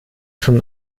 schon